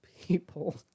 people